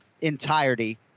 entirety